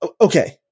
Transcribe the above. Okay